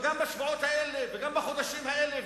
וגם בשבועות האלה וגם בחודשים האלה,